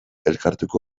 elkartuko